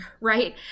right